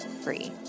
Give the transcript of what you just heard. free